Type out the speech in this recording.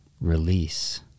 release